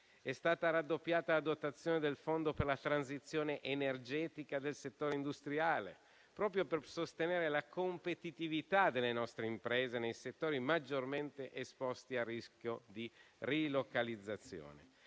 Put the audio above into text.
È stata raddoppiata la dotazione del Fondo per la transizione energetica del settore industriale, proprio per sostenere la competitività delle nostre imprese nei settori maggiormente esposti al rischio di rilocalizzazione.